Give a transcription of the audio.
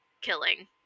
killing